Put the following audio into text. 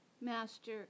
Master